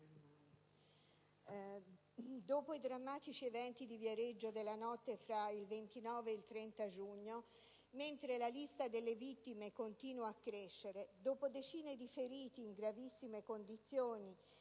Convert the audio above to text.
dopo i drammatici eventi di Viareggio della notte tra il 29 ed il 30 giugno, mentre la lista delle vittime continua a crescere, dopo decine di feriti in gravissime condizioni